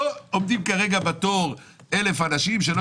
לא עומדים כרגע בתור 1,000 אנשים שלא